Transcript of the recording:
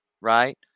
right